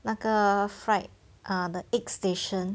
那个 fried ah the egg station